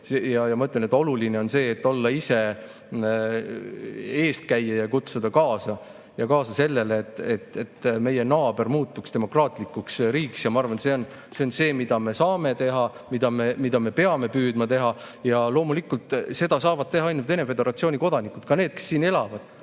ma ütlen, et oluline on olla ise eeskäija ja kutsuda kaasa [panustama] sellesse, et meie naaber muutuks demokraatlikuks riigiks. Ma arvan, et see on see, mida me saame teha ja mida me peame püüdma teha. Loomulikult, seda saavad teha ainult Vene föderatsiooni kodanikud, ka need, kes siin elavad.